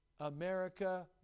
America